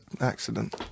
accident